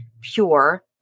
pure